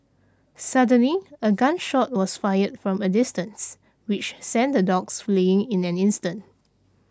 suddenly a gun shot was fired from a distance which sent the dogs fleeing in an instant